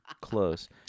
Close